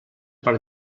per